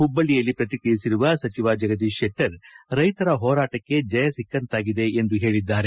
ಹುಬ್ಬಳ್ಳಿಯಲ್ಲಿ ಪ್ರತಿಕ್ರಿಯಿಸಿರುವ ಸಚಿವ ಜಗದೀಶ್ ಶೆಟ್ಟರ್ ರೈತರ ಹೋರಾಟಕ್ಕೆ ಜಯ ಸಿಕ್ಕಿದಂತಾಗಿದೆ ಎಂದು ತಿಳಿಸಿದರು